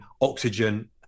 oxygen